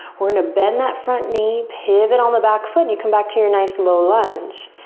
we're gonna bend that front knee, pivot on the back foot and you come back to your nice low lunge.